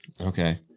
Okay